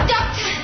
Doctor